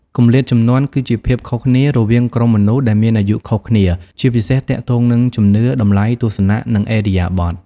គម្លាតជំនាន់គឺជាភាពខុសគ្នារវាងក្រុមមនុស្សដែលមានអាយុខុសគ្នា ជាពិសេសទាក់ទងនឹងជំនឿ តម្លៃ ទស្សនៈ និងឥរិយាបទ។